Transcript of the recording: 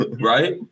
Right